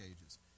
Ages